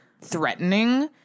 threatening